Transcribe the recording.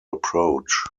approach